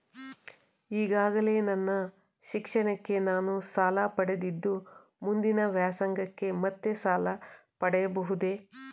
ಈಗಾಗಲೇ ನನ್ನ ಶಿಕ್ಷಣಕ್ಕೆ ನಾನು ಸಾಲ ಪಡೆದಿದ್ದು ಮುಂದಿನ ವ್ಯಾಸಂಗಕ್ಕೆ ಮತ್ತೆ ಸಾಲ ಪಡೆಯಬಹುದೇ?